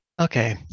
Okay